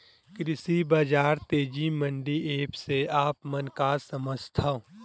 कृषि बजार तेजी मंडी एप्प से आप मन का समझथव?